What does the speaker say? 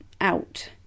out